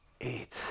eight